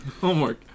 Homework